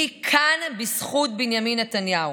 היא כאן בזכות בנימין נתניהו.